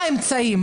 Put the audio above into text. מה האמצעים,